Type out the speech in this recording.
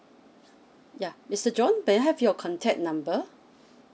mister john may I have your contact number